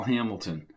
Hamilton